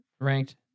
ranked